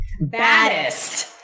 Baddest